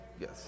Yes